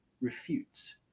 refutes